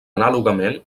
anàlogament